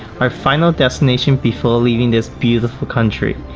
our final destinations before leaving this beautiful country.